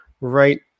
right